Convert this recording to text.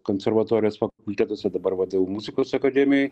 konservatorijos fakultetuose dabar va dėl muzikos akademijoj